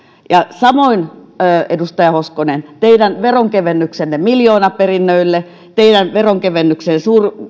samoin edustaja hoskonen teidän veronkevennyksenne miljoonaperinnöille teidän veronkevennyksenne